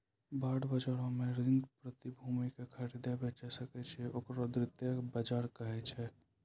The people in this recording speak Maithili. बांड बजारो मे ऋण प्रतिभूति के खरीदै बेचै सकै छै, ओकरा द्वितीय बजार कहै छै